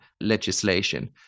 legislation